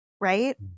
right